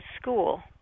school